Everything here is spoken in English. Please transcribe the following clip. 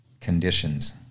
conditions